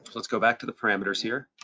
let's go back to the parameters here.